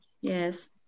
yes